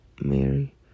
Mary